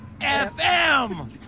FM